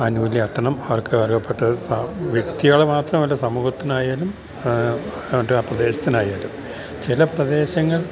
ആനുകൂല്യം എത്തണം അവർക്ക് അർഹതപ്പെട്ടത് വ്യക്തികള മാത്രമല്ല സമൂഹത്തിനായാലും ആ പ്രദേശത്തിനായാലും ചില പ്രദേശങ്ങൾ